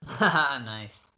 Nice